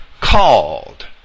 called